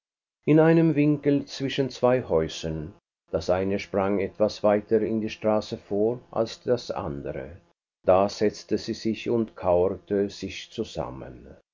in einem winkel zwischen zwei häusern das eine sprang etwas weiter in die straße vor als das andere da setzte sie sich und kauerte sich zusammen